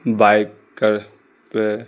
bike کا